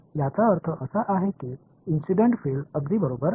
याचा अर्थ असा आहे की इंसीडन्ट फिल्ड अगदी बरोबर आहे